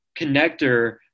connector